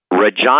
Regina